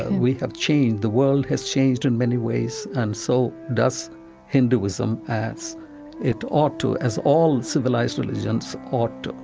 we have changed the world has changed in many ways, and so does hinduism, as it ought to, as all civilized religions ought